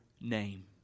name